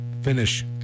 finish